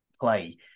Play